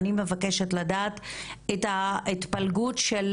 אני מבקשת לדעת את ההתפלגות של